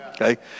okay